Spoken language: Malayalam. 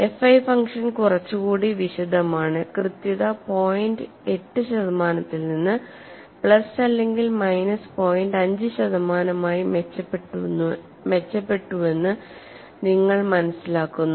FI ഫംഗ്ഷൻ കുറച്ചുകൂടി വിശദമാണ് കൃത്യത പോയിന്റ് എട്ട് ശതമാനത്തിൽ നിന്ന് പ്ലസ് അല്ലെങ്കിൽ മൈനസ് പോയിന്റ് അഞ്ച് ശതമാനമായി മെച്ചപ്പെട്ടുവെന്ന് നിങ്ങൾ മനസ്സിലാക്കുന്നു